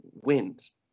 wins